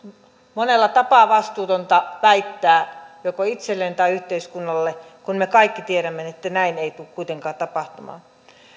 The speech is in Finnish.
monella tapaa vastuutonta näin väittää joko itselleen tai yhteiskunnalle kun me kaikki tiedämme että näin ei tule kuitenkaan tapahtumaan